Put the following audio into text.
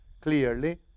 clearly